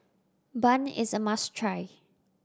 bun is a must try